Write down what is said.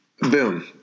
Boom